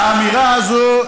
האמירה הזאת,